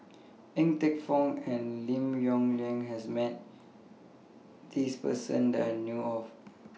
Ng Teng Fong and Lim Yong Liang has Met This Person that I know of